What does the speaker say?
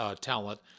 talent